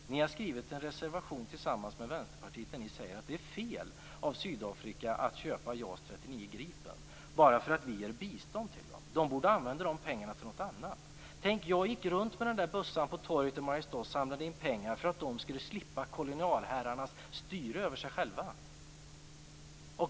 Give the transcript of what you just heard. Ni har skrivit en reservation tillsammans med Vänsterpartiet där ni säger att det är fel av Sydafrika att köpa JAS 39 Gripen bara för att vi ger bistånd till dem. De borde använda pengarna till något annat. Jag gick runt med bössan på torget i Mariestad och samlade in pengar för att de skulle slippa kolonialherrarnas styre över sig själva.